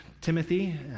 Timothy